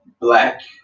black